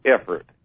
effort